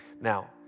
Now